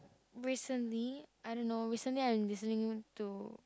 recently I don't know recently I've been listening to